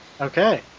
Okay